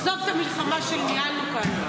עזוב את המלחמה שניהלנו כאן.